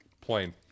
Plain